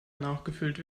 nachgefüllt